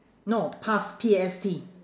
no past P A S T